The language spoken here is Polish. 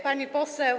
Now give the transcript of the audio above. Pani Poseł!